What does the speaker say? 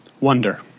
wonder